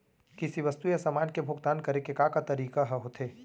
किसी वस्तु या समान के भुगतान करे के का का तरीका ह होथे?